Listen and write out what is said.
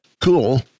Cool